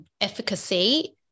efficacy